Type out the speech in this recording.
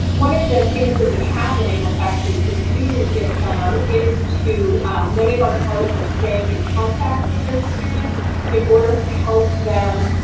one of the things that we have been able to actually to do this summer is many of our departments are staying in contact with their students in order to help them